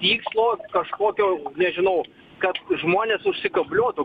tikslo kažkokio nežinau kad žmonės užsikabliuotų